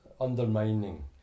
undermining